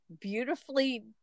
beautifully